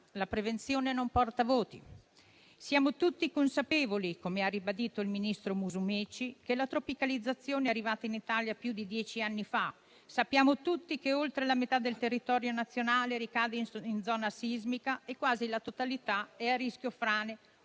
la prevenzione non porta voti. Siamo tutti consapevoli - come ha ribadito il ministro Musumeci - che la tropicalizzazione è arrivata in Italia più di dieci anni fa. Sappiamo tutti che oltre la metà del territorio nazionale ricade in zona sismica e quasi la totalità è a rischio frane